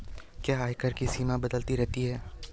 क्या आयकर की सीमा बदलती रहती है?